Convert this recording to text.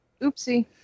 Oopsie